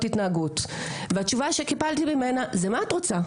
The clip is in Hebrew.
התנהגות והתשובה שקיבלתי ממנה זה: 'מה את רוצה?